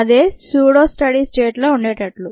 అదే pseudo study స్టేట్లో ఉండేటట్లు